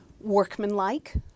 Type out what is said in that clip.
workmanlike